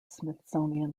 smithsonian